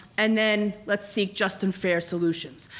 and then let's seek just and fair solutions.